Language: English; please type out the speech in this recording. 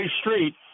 street